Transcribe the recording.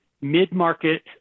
mid-market